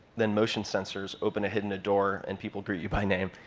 then motion sensors open a hidden door, and people greet you by name.